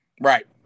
right